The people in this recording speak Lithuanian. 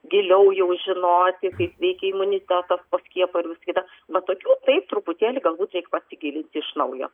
giliau jau žinoti kaip veikia imunitetas po skiepo ir visa kita va tokių taip truputėlį galbūt reik pasigilinti iš naujo